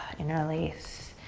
interlace,